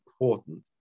important